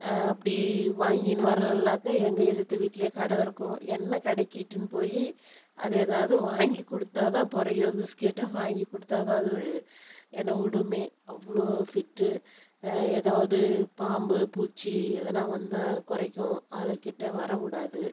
அப்படி வாங்கின்னு வரலைனாக்கா எங்கள் எதித்த வீட்டிலயே கடை இருக்கும் என்னை கடைக்கே இட்டுன்னு போய் அது ஏதாவது வாங்கி கொடுத்தா தான் புரையோ பிஸ்கட்டோ வாங்கி கொடுத்தா தான் அது என்னை விடுமே அவ்வளோ ஃபிட் ஏதாவது பாம்பு பூச்சி எதுனால் வந்தால் குறைக்கும் அதை கிட்டே வர விடாது